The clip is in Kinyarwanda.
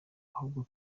ahubwo